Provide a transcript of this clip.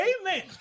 amen